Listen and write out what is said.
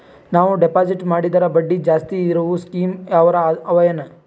ನಾವು ಡೆಪಾಜಿಟ್ ಮಾಡಿದರ ಬಡ್ಡಿ ಜಾಸ್ತಿ ಇರವು ಸ್ಕೀಮ ಯಾವಾರ ಅವ ಏನ?